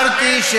ואמרתי, אמרתי.